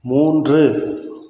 மூன்று